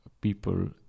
people